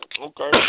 Okay